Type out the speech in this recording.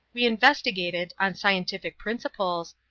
we investigated, on scientific principles,